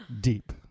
deep